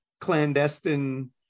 clandestine